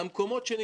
הכי פשוט שיש.